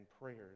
prayers